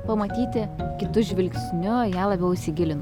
pamatyti kitu žvilgsniu į ją labiau įsigilint